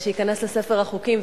שייכנס לספר החוקים,